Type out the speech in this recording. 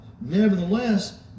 Nevertheless